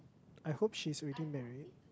I hope she's already married